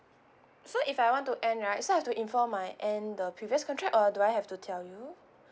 so if I want to end right so I have to inform my end the previous contract or do I have to tell you